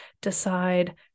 decide